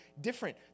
different